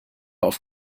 auf